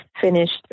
finished